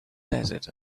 desert